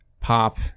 pop